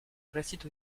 récite